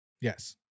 Yes